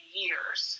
years